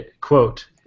quote